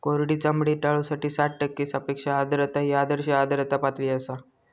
कोरडी चामडी टाळूसाठी साठ टक्के सापेक्ष आर्द्रता ही आदर्श आर्द्रता पातळी आसा